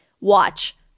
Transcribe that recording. watch